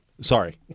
Sorry